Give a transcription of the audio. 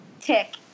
tick